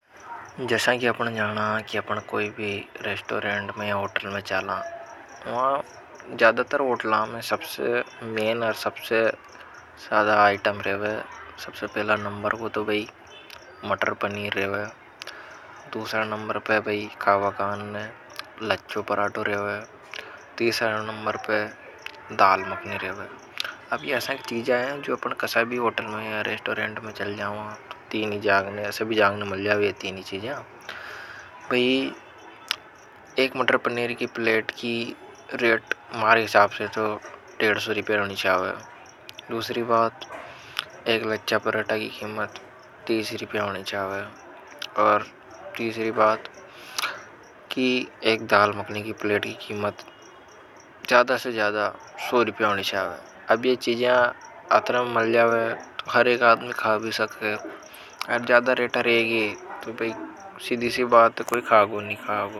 कि जैसा कि आपने जाना कि अपना कोई भी रेस्टोरेंट में ओटल में चाला। वह ज्यादातर ओटलां में सबसे मेन। और सबसे साधा आइटम रहेगा सबसे पहला नंबर को तो भी मटर पनीर रहेगा। दूसरा नंबर पर भी खाबा कान ने लच्छो पराठे रेवे। पराटो रहे हुए तीसर नंबर पर दाल मकनी रहे हुए अब यह ऐसा चीज है। जो अपने कसाबी ओटल में रेस्टोरेंट में। चल जाओ तीनी जागने सब जागने मिल जावे तीनी चीज है भी एक मटर पनीर की प्लेट की रेट मारी असाब से तो एक सौ पचास। होनी छावे दूसरी बात एक लच्छा परांठा की कीमत तीस रिपया होनी। चावे तीसरी बात एक दाल मखनी की प्लेट की कीमत ज्यादा से ज्यादा सौ रिपया होनी छाव अब ये चीजा अतरा में मल जावे तो हर एक आदमी खा भी सके आर ज्याद रेट रेगी तो सीधी सी बात है कोई खागा नी खांग।